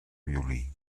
violí